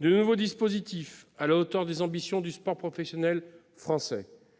De nouveaux dispositifs sont mis en place, à la hauteur des ambitions du sport professionnel français.